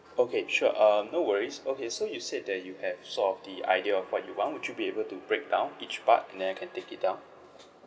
okay sure um no worries okay so you said that you have sort of the idea of what you want would you be able to break down each part and then I can take it down